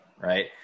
right